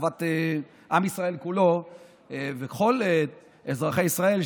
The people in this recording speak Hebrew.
בטובת עם ישראל כולו וכל אזרחי ישראל,